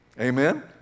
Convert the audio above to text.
Amen